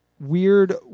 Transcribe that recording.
weird